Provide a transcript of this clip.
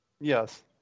Yes